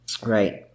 Right